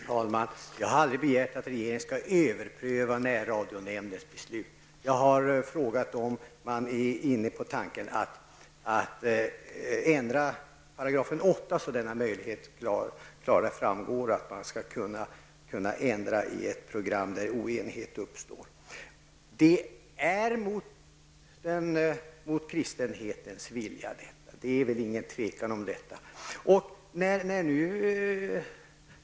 Herr talman! Jag har aldrig begärt att regeringen skall överpröva närradionämndens beslut. Jag har frågat om man är inne på tanken att ändra 8 § så att det klarare framgår att det skall vara möjligt att ändra i ett program när oenighet har uppstått. Detta är mot kristenhetens vilja. Det råder inget tvivel om det.